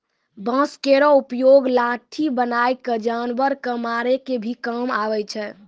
बांस केरो उपयोग लाठी बनाय क जानवर कॅ मारै के भी काम आवै छै